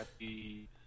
Happy